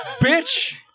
bitch